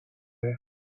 weg